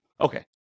Okay